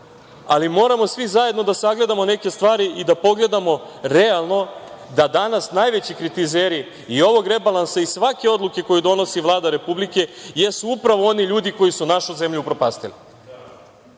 ali moramo svi zajedno da sagledamo neke stvari i da pogledamo realno da danas najveći kritizeri i ovog rebalansa i svake odluke koju donosi Vlada republike jesu upravo oni ljudi koji su našu zemlju upropastili.